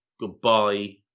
goodbye